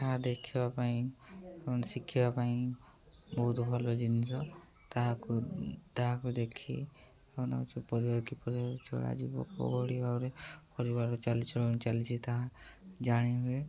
ତାହା ଦେଖିବା ପାଇଁ ଏବଂ ଶିଖିବା ପାଇଁ ବହୁତ ଭଲ ଜିନିଷ ତାହାକୁ ତାହାକୁ ଦେଖି ପରିବାର କିପରି ଚଳାଯିବ ଓ କିଭଳି ଭାବରେ ପରିବାର ଚାଲିଚଳନ ଚାଲିଛି ତାହା ଜାଣି ହୁଏ